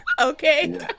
okay